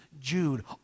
Jude